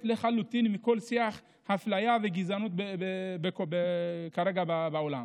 לחלוטין מכל שיח אפליה וגזענות כרגע בעולם,